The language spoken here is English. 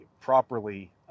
properly